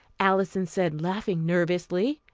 alison said laughing nervously.